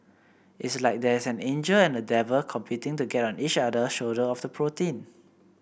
it's like there's an angel and a devil competing to get on each shoulder of the protein